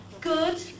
good